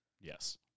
Yes